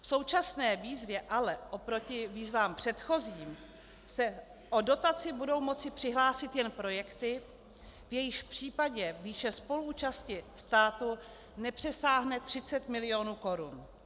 V současné výzvě ale oproti výzvám předchozím se o dotaci budou moci přihlásit jen projekty, v jejichž případě výše spoluúčasti státu nepřesáhne 30 mil. korun.